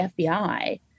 FBI